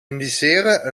indiceren